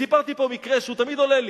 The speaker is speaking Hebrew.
סיפרתי פה מקרה שתמיד עולה לי,